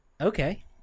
Okay